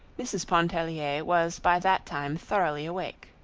mrs. pontellier was by that time thoroughly awake.